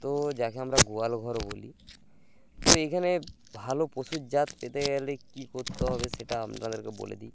তো যাকে আমরা গোয়ালঘরও বলি তো এখানে ভালো পশুর জাত পেতে গেলে কী করতে হবে সেটা আপনাদেরকে বলে দিই